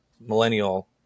millennial